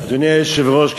אדוני היושב-ראש,